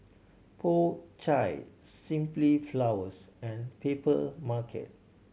Po Chai Simply Flowers and Papermarket